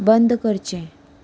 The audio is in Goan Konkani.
बंद करचें